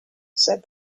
said